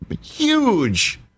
huge